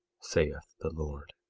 saith the lord.